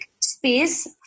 space